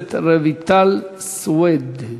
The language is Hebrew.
הכנסת רויטל סויד.